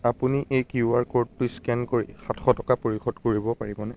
আপুনি এই Q R ক'ডটো স্কেন কৰি সাতশ টকা পৰিশোধ কৰিব পাৰিবনে